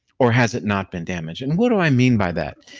or has it not been damaged? and what do i mean by that?